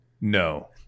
No